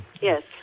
yes